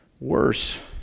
worse